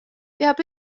peab